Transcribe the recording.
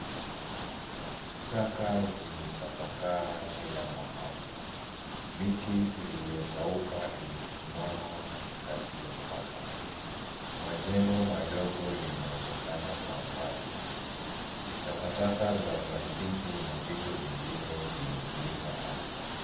Taka zimetapakaa kila mahali. Miti iliyokauka imesimama katikati ya taka. Majengo madogo yanaonekana kwa mbali. Takataka za plastiki na vitu vingine vimefunika ardhi.